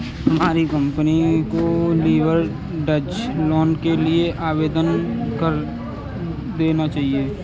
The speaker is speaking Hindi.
तुम्हारी कंपनी को लीवरेज्ड लोन के लिए आवेदन कर देना चाहिए